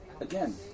Again